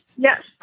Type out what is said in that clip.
Yes